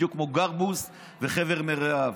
בדיוק כמו גרבוז וחבר מרעיו,